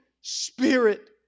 spirit